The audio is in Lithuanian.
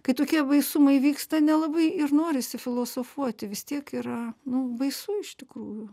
kai tokie baisumai vyksta nelabai ir norisi filosofuoti vis tiek yra nu baisu iš tikrųjų